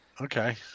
Okay